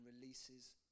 releases